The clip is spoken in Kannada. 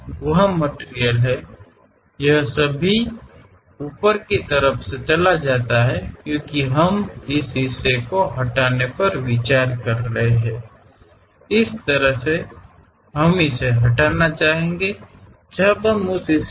ಅದು ಮೇಲಕ್ಕೆ ಹೋಗುತ್ತದೆ ಏಕೆಂದರೆ ನಾವು ಈ ಭಾಗವನ್ನು ತೆಗೆದುಹಾಕಲು ಯೋಚಿಸುತ್ತಿದ್ದೇವೆ ಆ ರೀತಿಯಲ್ಲಿ ಅದನ್ನು ತೆಗೆದುಹಾಕಲು ನಾವು ಬಯಸುತ್ತೇವೆ